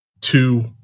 two